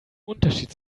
unterschied